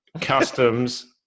customs